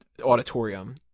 auditorium